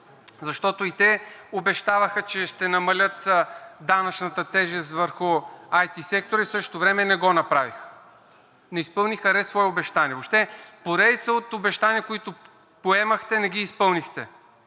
Защото и те обещаваха, че ще намалят данъчната тежест върху IT сектора. В същото време не го направиха. Не изпълниха ред свои обещания. Въобще поредица от обещания, които поемахте, не ги изпълнихте.